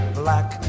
black